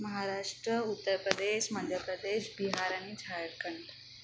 महाराष्ट उत्तर प्रदेश मध्य प्रदेश बिहार आणि झारखंड